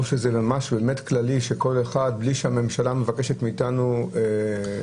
או שזה משהו כללי שחל על כל אחד בלי שהממשלה מבקשת מאתנו הסבר,